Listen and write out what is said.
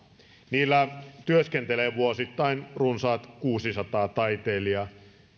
niillä työskentelee vuosittain runsaat kuusisataa taiteilijaa